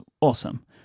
awesome